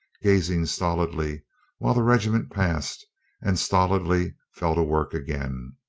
gazing stolidly while the regiment passed and stolidly fell to work again.